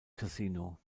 casino